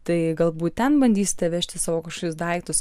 tai galbūt ten bandysite vežti savo kažkokius daiktus